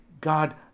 God